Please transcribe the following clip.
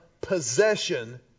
possession